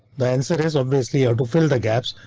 the answer is obviously are to fill the gaps.